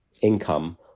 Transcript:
income